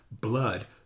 blood